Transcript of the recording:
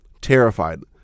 terrified